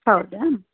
ಹೌದಾ